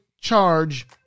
charge